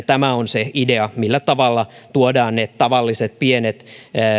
tämä on se idea millä tavalla tuodaan ne tavalliset pienet